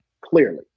clearly